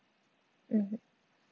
mmhmm